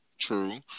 true